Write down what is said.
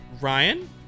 ryan